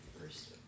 first